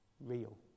real